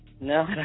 No